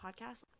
podcast